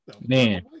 man